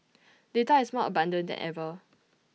data is more abundant than ever